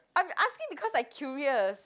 I'm asking because I curious